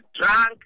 drunk